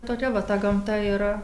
tokia va ta gamta yra